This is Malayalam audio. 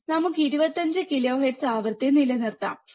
നമുക്ക് 25 കിലോഹെർട്സ് ആവൃത്തി നിലനിർത്താം